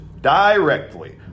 directly